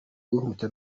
kunkubita